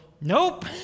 Nope